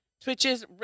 Twitches